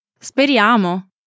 Speriamo